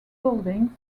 buildings